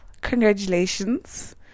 Congratulations